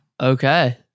Okay